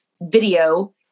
Video